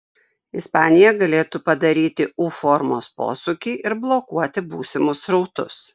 ispanija galėtų padaryti u formos posūkį ir blokuoti būsimus srautus